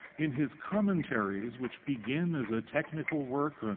in his commentaries, which begin as a technical work,